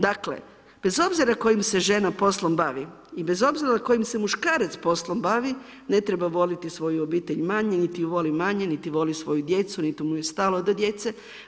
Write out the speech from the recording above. Dakle, bez obzira kojim se žena poslom bavi i bez obzira kojim se muškarac poslom bavi, ne treba voljeti svoju obitelj manje, niti ju voli manje, niti voli svoju djecu, niti mu je stalo do djecu.